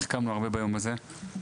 החכמנו הרבה ביום הזה,